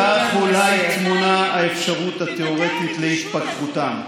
בכך אולי טמונה האפשרות התיאורטית להתפתחותם.